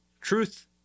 Truth